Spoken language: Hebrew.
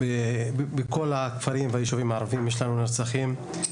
בכל הכפרים והיישובים הערבים יש לנו נרצחים.